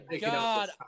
God